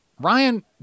Ryan